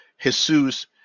Jesus